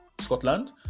Scotland